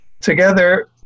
Together